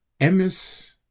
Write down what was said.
emis